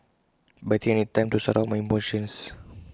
but I think I need time to sort out my emotions